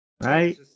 Right